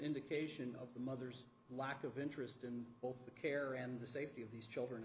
indication of the mother's lack of interest in both the care and the safety of these children